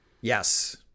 Yes